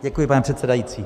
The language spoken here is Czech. Děkuji, pane předsedající.